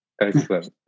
Excellent